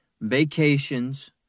vacations